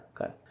okay